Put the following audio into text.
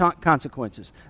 consequences